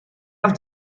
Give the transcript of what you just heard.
auf